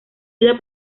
vida